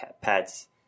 pets